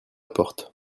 porte